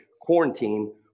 quarantine